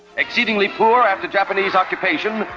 exceedingly poor after japanese occupation,